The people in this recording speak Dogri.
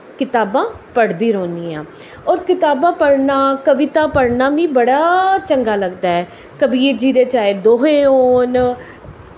कताबां पढ़दी रौह्न्नी आं होर कताबां पढ़ना कविता पढ़ना मिगी बड़ा चंगा लगदा ऐ कबीर जी दे चाहे दोहे होन